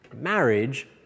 Marriage